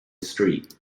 street